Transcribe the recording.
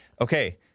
Okay